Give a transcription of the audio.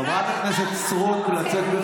חבר הכנסת מיקי לוי,